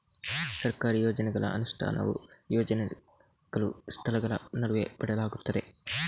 ಸರ್ಕಾರಿ ಯೋಜನೆಗಳ ಅನುಷ್ಠಾನವು ಯೋಜನೆಗಳು, ಸ್ಥಳಗಳ ನಡುವೆ ಬದಲಾಗುತ್ತದೆ